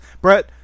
Brett